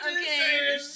Okay